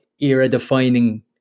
era-defining